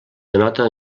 denota